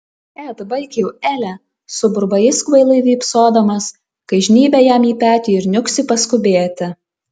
et baik jau ele suburba jis kvailai vypsodamas kai žnybia jam į petį ir niuksi paskubėti